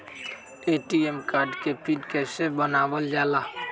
ATM card के pin कैसे बनावल जाला?